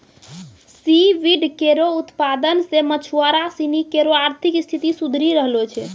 C weed केरो उत्पादन सें मछुआरा सिनी केरो आर्थिक स्थिति सुधरी रहलो छै